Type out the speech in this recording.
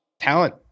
talent